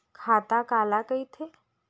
खाता काला कहिथे?